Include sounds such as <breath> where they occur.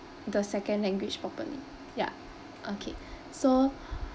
the second language properly ya okay <breath> so <breath>